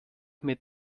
mit